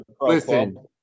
listen